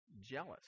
jealous